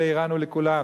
לאירן ולכולם.